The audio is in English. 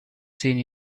seen